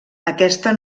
aquesta